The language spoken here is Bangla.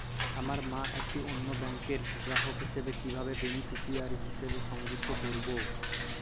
আমার মা একটি অন্য ব্যাংকের গ্রাহক হিসেবে কীভাবে বেনিফিসিয়ারি হিসেবে সংযুক্ত করব?